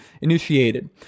initiated